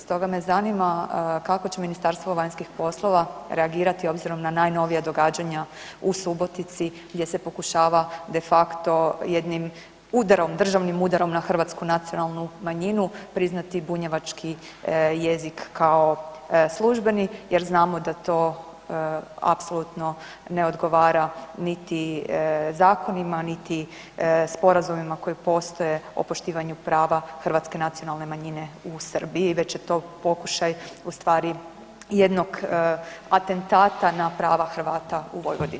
Stoga me zanima kako će Ministarstvo vanjskih poslova reagirati obzirom na najnovija događanja u Subotici gdje se pokušava de facto jednim udarom, državnim udarom na hrvatsku nacionalnu manjinu priznati bunjevački jezik kao službeni jer znamo da to apsolutno ne odgovara niti zakonima, niti sporazumima koji postoje o poštivanju prava hrvatske nacionalne manjine u Srbiji već je to pokušaj u stvari jednog atentata na prava Hrvata u Vojvodini.